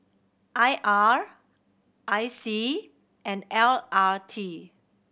I R I C and L R T